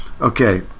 Okay